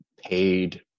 paid